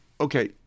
Okay